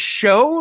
show